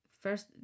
First